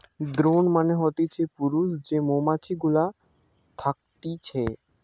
drone মানে হতিছে পুরুষ যে মৌমাছি গুলা থকতিছে